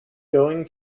going